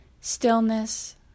Stillness